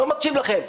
לא מקשיב לכם,